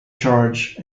charge